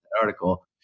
article